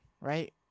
right